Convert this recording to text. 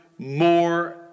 more